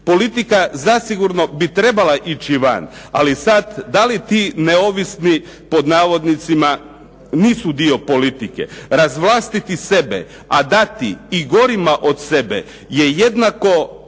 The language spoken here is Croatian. Politika zasigurno bi trebala ići van ali sad da li ti "neovisni" nisu dio politike. Razvlastiti sebe a dati i gorima od sebe je jednako